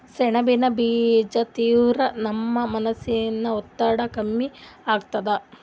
ಸೆಣಬಿನ್ ಬೀಜಾ ತಿಂದ್ರ ನಮ್ ಮನಸಿನ್ ಒತ್ತಡ್ ಕಮ್ಮಿ ಆತದ್